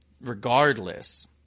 regardless